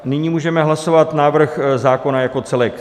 Nyní můžeme hlasovat návrh zákona jako celek.